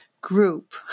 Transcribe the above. group